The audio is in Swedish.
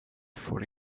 får